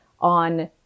on